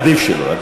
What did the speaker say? עדיף שלא.